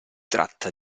tratta